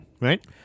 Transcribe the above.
right